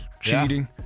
cheating